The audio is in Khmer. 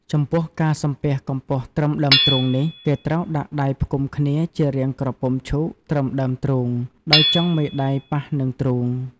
ចំពោះការសំពះកម្ពស់ត្រឹមដើមទ្រូងនេះ គេត្រូវដាក់ដៃផ្គុំគ្នាជារាងក្រពុំឈូកត្រឹមដើមទ្រូង ដោយចុងមេដៃប៉ះនឹងទ្រូង។